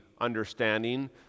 understanding